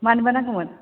मानोबा नांगौमोन